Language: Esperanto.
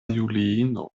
juliino